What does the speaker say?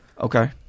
Okay